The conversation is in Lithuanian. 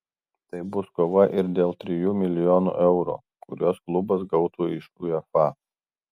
tai bus kova ir dėl trijų milijonų eurų kuriuos klubas gautų iš uefa